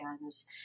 guns